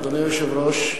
אדוני היושב-ראש,